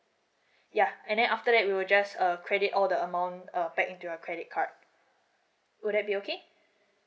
ya and then after that we will just uh credit all the amount uh back to your credit card would that be okay